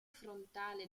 frontale